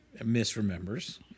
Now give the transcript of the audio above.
misremembers